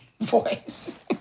voice